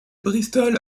bristol